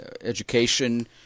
education